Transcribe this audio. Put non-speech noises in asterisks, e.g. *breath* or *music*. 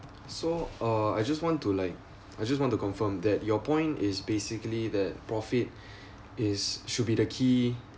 so uh I just want to like I just want to confirm that your point is basically that profit *breath* is should be the key